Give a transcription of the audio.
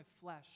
flesh